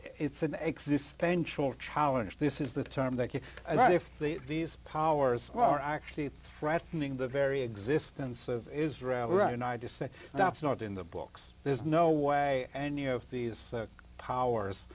it's an existential challenge this is the time that you and i if the these powers are actually threatening the very existence of israel right and i just said that's not in the books there's no way any of these powers